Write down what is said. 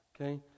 Okay